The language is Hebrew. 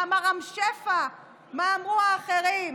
מה אמר רם שפע ומה אמרו האחרים,